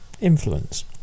influence